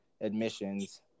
admissions